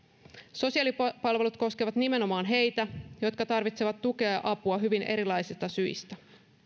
sosiaalipalvelut koskevat nimenomaan heitä jotka tarvitsevat tukea ja apua hyvin erilaisista syistä